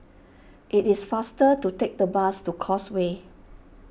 it is faster to take the bus to Causeway